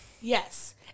Yes